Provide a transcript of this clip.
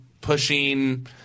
pushing